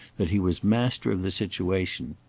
that he was master of the situation.